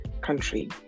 country